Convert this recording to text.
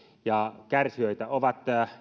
kärsijöitä ovat